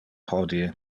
hodie